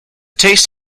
taste